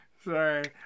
sorry